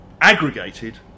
aggregated